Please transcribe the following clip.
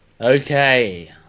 Okay